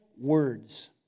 words